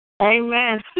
Amen